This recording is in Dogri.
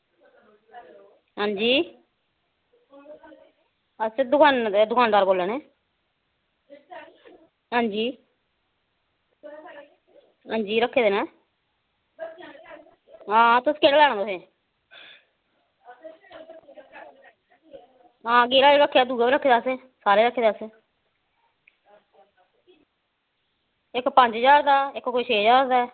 हां अस दकानां परा दा बोलाने हंजी हां जी रक्खे दे नै हां केह् लैनां तुसें हां गेरा रक्खे दे दुआ बी रक्खए दा असैं सारा रक्खे दे असें इक पंज ज्हार दा ऐ इक कोई छे ज्हार दा ऐ